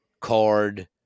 card